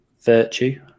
virtue